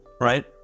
right